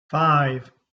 five